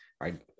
right